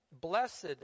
Blessed